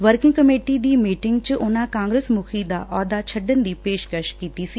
working committee ਦੀ meeting 'ਚ ਉਨ੍ਹਾਂ ਕਾਂਗਰਸ ਮੁਖੀ ਦਾ ਅਹੁਦਾ ਛੱਡਣ ਦੀ ਪੇਸ਼ਕਸ਼ ਕੀਤੀ ਸੀ